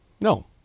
No